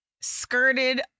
skirted